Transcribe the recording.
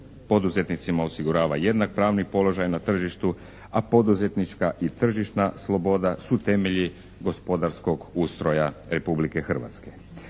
poduzetnicima osigurava jednak pravni položaj na tržištu, a poduzetnička i tržišna sloboda su temelji gospodarskog ustroja Republike Hrvatske.